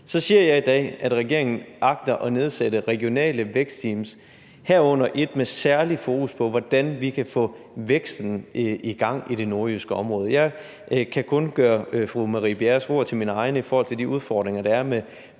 Så siger jeg i dag, at regeringen agter at nedsætte regionale vækstteams, herunder et med særligt fokus på, hvordan vi kan få væksten i gang i det nordjyske område. Jeg kan kun gøre Marie Bjerres ord til mine egne i forhold til de udfordringer, der er med